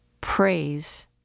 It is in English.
Praise